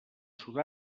sud